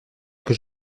que